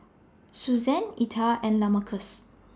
Susann Etha and Lamarcus